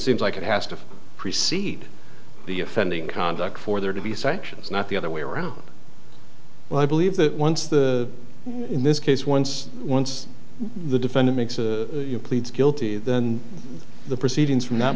seems like it has to precede the offending conduct for there to be sections not the other way around well i believe that once the in this case once once the defendant makes pleads guilty then the proceedings from that